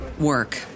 work